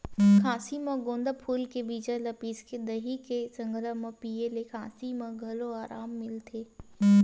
खाँसी म गोंदा फूल के बीजा ल पिसके दही के संघरा म पिए ले खाँसी म घलो अराम मिलथे